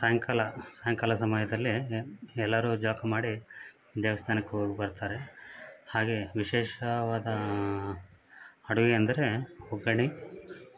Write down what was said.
ಸಾಯಂಕಾಲ ಸಾಯಂಕಾಲ ಸಮಯದಲ್ಲಿ ಎಲ್ಲರೂ ಜಳಕ ಮಾಡಿ ದೇವಸ್ಥಾನಕ್ಕೆ ಹೋಗಿ ಬರ್ತಾರೆ ಹಾಗೆ ವಿಶೇಷವಾದ ಅಡುಗೆ ಅಂದರೆ ಒಗ್ಗರ್ಣೆ